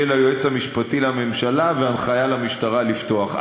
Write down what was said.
היועץ המשפטי לממשלה והנחיה למשטרה לפתוח.